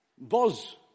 Buzz